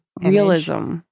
realism